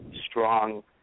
strong